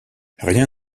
rien